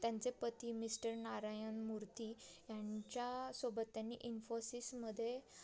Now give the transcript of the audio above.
त्यांचे पती मिस्टर नारायण मूर्ती यांच्यासोबत त्यांनी इन्फोसिसमध्ये